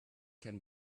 can